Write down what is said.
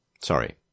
Sorry